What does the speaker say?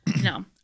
No